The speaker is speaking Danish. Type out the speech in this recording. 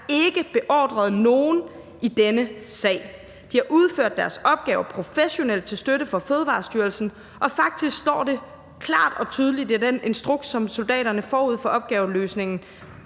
ikke beordret nogen i denne sag. De har udført deres opgaver professionelt til støtte for Fødevarestyrelsen, og faktisk står der klart og tydeligt i den instruks, som soldaterne fik forud for opgaveløsningen,